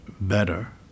better